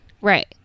Right